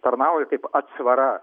tarnauja kaip atsvara